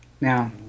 Now